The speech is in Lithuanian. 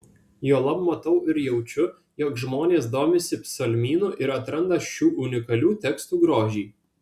juolab matau ir jaučiu jog žmonės domisi psalmynu ir atranda šių unikalių tekstų grožį